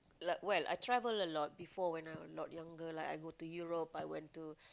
like well I travel a lot before when I were a lot younger like I go to Europe I went to